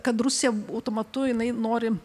kad rusija automatu jinai nori